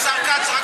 השר כץ.